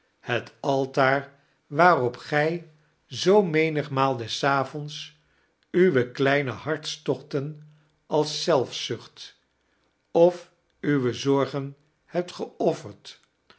het altaar waarop gij zoo menigmaal des avonds uwe meine hartstochten als zelfzucht of uwe zorgen hebt geofferd